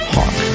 Hawk